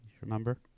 Remember